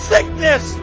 Sickness